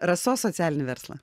rasos socialinį verslą